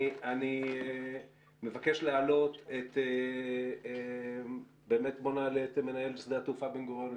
אני מבקש להעלות את מנהל שדה התעופה בן גוריון,